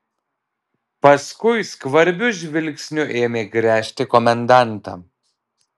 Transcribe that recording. paskui skvarbiu žvilgsniu ėmė gręžti komendantą